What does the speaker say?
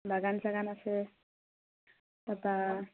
বাগান চাগান আছে তাৰপৰা